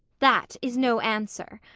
that is no answer.